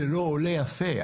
זה לא עולה יפה.